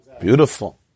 Beautiful